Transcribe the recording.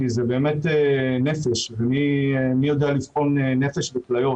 כי זה באמת נפש ומי יודע לבחון נפש וכליות.